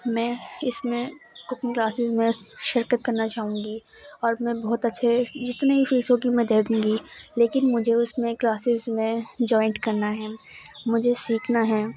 میں اس میں کوکنگ کلاسز میں شرکت کرنا چاہوں گی اور میں بہت اچھے جتنے بھی فیس ہوگی میں دے دوں گی لیکن مجھے اس میں کلاسز میں جوائنٹ کرنا ہیں مجھے سیکھنا ہیں